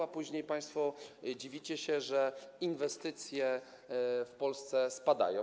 A później państwo dziwicie się, że inwestycje w Polsce spadają.